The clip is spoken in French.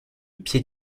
pied